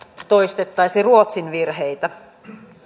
toistettaisi ruotsin virheitä